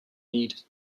need